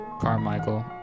Carmichael